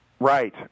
Right